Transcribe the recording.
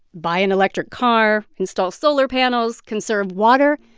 buy an electric car, install solar panels, conserve water.